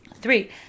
Three